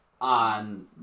On